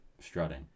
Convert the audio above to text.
strutting